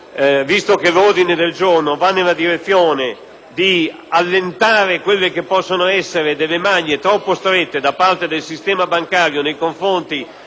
visto che l'ordine del giorno va nella direzione di allentare quelle che possono essere considerate delle maglie troppo strette da parte del sistema bancario nei confronti